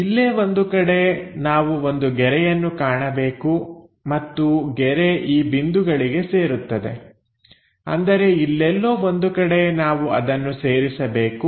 ಇಲ್ಲೇ ಒಂದು ಕಡೆ ನಾವು ಒಂದು ಗೆರೆಯನ್ನು ಕಾಣಬೇಕು ಮತ್ತು ಗೆರೆ ಈ ಬಿಂದುಗಳಿಗೆ ಸೇರುತ್ತದೆ ಅಂದರೆ ಇಲ್ಲೆಲ್ಲೋ ಒಂದು ಕಡೆ ನಾವು ಅದನ್ನು ಸೇರಿಸಬೇಕು